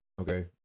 Okay